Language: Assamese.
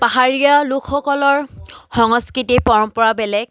পাহাৰীয়া লোকসকলৰ সংস্কৃতি পৰম্পৰা বেলেগ